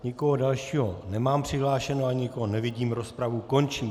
Nikoho dalšího nemám přihlášeného, ani nikoho nevidím, rozpravu končím.